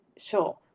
Sure